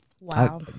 Wow